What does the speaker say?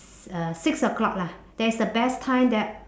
s~ uh six o'clock lah that's the best time that